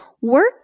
Work